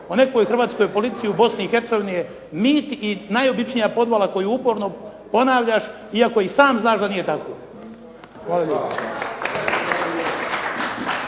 o nekoj hrvatskoj politici u BiH je mit i najobičnija podvala koju uporno ponavljaš iako i sam znaš da nije tako.